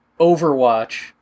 Overwatch